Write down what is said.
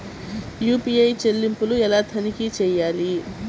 UPI చెల్లింపులు ఎలా తనిఖీ చేయాలి?